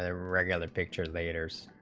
ah regular picture layers,